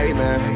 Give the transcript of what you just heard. Amen